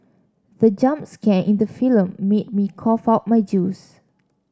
the jump scare in the film made me cough out my juice